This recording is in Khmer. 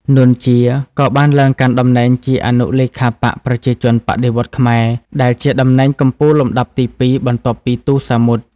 នួន ជា ក៏បានឡើងកាន់តំណែងជាអនុលេខាបក្សប្រជាជនបដិវត្តន៍ខ្មែរ ដែលជាតំណែងកំពូលលំដាប់ទីពីរ បន្ទាប់ពី ទូ សាមុត។